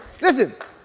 Listen